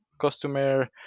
customer